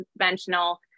conventional